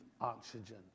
oxygen